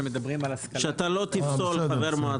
שאתה לא תפסול חבר מועצה.